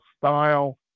style